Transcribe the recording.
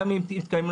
גם עם --- נוספים